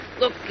Look